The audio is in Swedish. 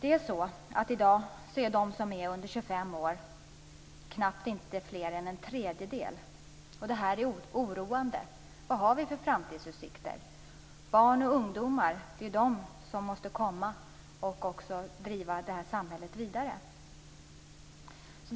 I dag utgör de som är under 25 år knappt en tredjedel. Detta är oroande. Vad har vi för framtidsutsikter? Barn och ungdomar skall ju driva detta samhälle vidare.